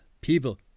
people